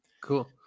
Cool